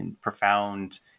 profound